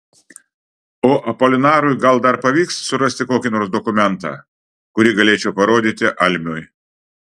o apolinarui gal dar pavyks surasti kokį nors dokumentą kurį galėčiau parodyti almiui